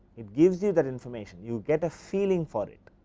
it gives you that information you get a feeling for it.